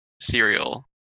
cereal